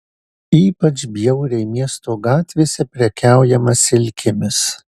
ypač bjauriai miesto gatvėse prekiaujama silkėmis